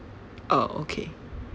oh okay